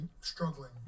struggling